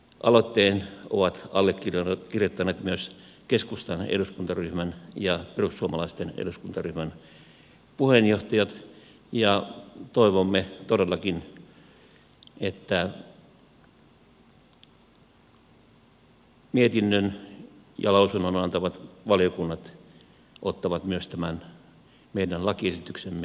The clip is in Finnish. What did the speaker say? aloitteen ovat allekirjoittaneet myös keskustan eduskuntaryhmän ja perussuomalaisten eduskuntaryhmän puheenjohtajat ja toivomme todellakin että mietinnön ja lausunnon antavat valiokunnat ottavat myös tämän meidän lakiesityksemme